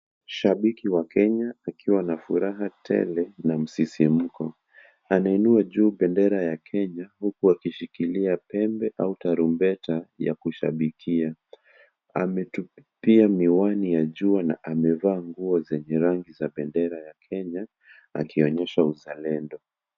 Shabiki wa Kenya akiwa na furaha tele na msisimko. Anainua juu bendera ya kenya huku akishikilia pembe au tarubeta ya kushabikia. Ametupia miwani ya jua na amevaa nguo zenye rangi ya bendera ya Kenya akionyesha uzalendo.